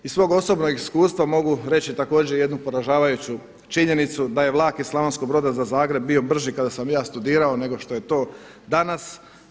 Iz svog osobnog iskustva mogu reći također jednu poražavajuću činjenicu da je vlak iz Slavonskog Broda za Zagreb bio brži kada sam ja studirao nego što je to danas.